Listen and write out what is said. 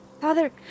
Father